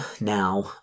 now